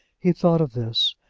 he thought of this,